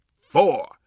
four